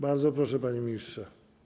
Bardzo proszę, panie ministrze.